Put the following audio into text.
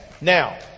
Now